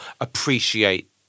appreciate